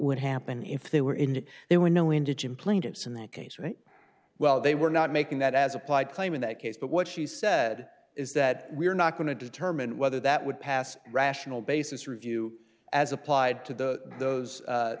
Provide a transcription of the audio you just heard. would happen if there were indeed there were no indigent plaintiffs in that case right well they were not making that as applied claim in that case but what she said is that we are not going to determine whether that would pass rational basis review as applied to the those